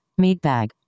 Meatbag